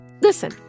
Listen